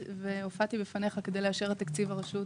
והופעתי בפניך כדי לאשר את תקציב הרשות